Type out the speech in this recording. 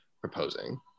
proposing